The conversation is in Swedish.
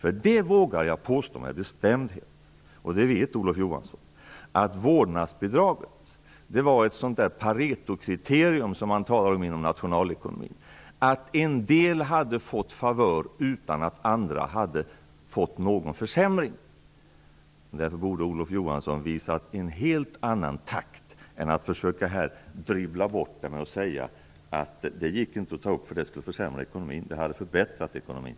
Jag vågar med bestämdhet påstå - det vet Olof Johansson - att vårdnadsbidraget var ett paretokriterium, som man talar om inom nationalekonomin, som innebar att en del fick favörer utan att andra fick någon försämring. Därför borde Olof Johansson visa en helt annan takt än att försöka dribbla bort det med att säga att det inte gick att ta upp därför att det skulle försämra ekonomin. Det hade förbättrat ekonomin.